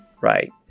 right